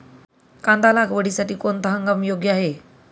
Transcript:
कांदा लागवडीसाठी कोणता हंगाम योग्य आहे?